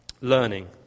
Learning